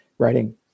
writing